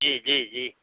जी जी जी